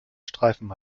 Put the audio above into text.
streifen